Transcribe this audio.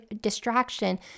distraction